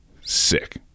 sick